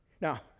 Now